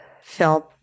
film